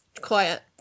quiet